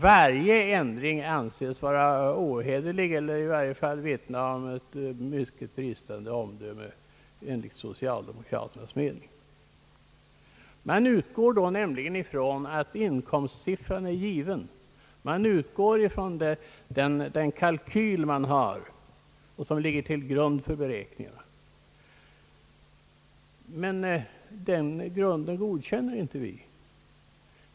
Varje ändring anses vara ohederlig eller i varje fall vittna om ett mycket dåligt omdöme enligt socialdemokraternas mening. Man utgår nämligen från att inkomstsiffran är given, man utgår från den kalkyl man har och som ligger till grund för beräkningarna. Men den grunden godkänner inte vi.